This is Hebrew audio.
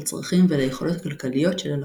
לצרכים וליכולות הכלכליות של הלקוח.